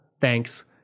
Thanks